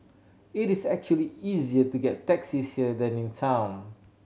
it is actually easier to get taxis here than in town